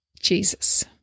Jesus